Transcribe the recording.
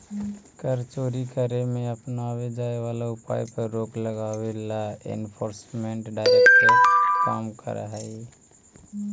कर चोरी करे में अपनावे जाए वाला उपाय पर रोक लगावे ला एनफोर्समेंट डायरेक्टरेट काम करऽ हई